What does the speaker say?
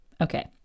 Okay